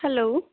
hello